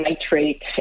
nitrate